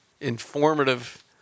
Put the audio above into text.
informative